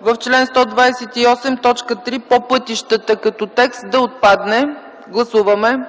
в чл. 128, ал. 2, т. 3, „по пътищата” като текст да отпадне. Гласуваме!